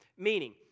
Meaning